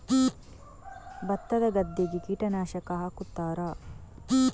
ಭತ್ತದ ಗದ್ದೆಗೆ ಕೀಟನಾಶಕ ಹಾಕುತ್ತಾರಾ?